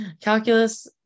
Calculus